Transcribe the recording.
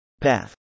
path